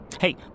Hey